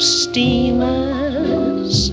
steamers